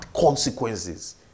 consequences